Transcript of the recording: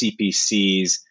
CPCs